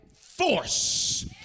Force